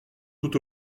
tout